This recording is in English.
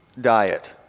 diet